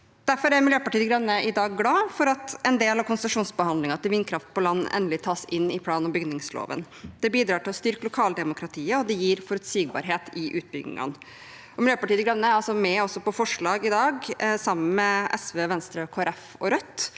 Derfor er Miljøpartiet De Grønne i dag glad for at en del av konsesjonsbehandlingen når det gjelder vindkraft på land, endelig tas inn i plan- og bygningsloven. Det bidrar til å styrke lokaldemokratiet, og det gir forutsigbarhet i utbyggingene. Miljøpartiet De Grønne er også med på et forslag i dag, sammen med SV, Venstre, Kristelig